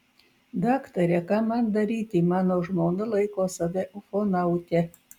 daktare ką man daryti mano žmona laiko save ufonaute